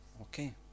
Okay